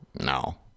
No